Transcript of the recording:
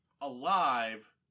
alive